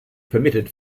permitted